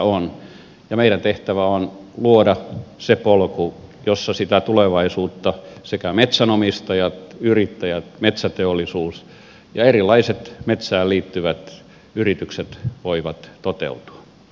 ja meidän tehtävämme on luoda se polku jossa sitä tulevaisuutta sekä metsänomistajat yrittäjät metsäteollisuus että erilaiset metsään liittyvät yritykset voivat toteuttaa